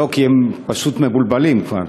לא, כי הם פשוט מבולבלים כבר.